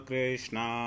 Krishna